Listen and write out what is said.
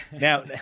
Now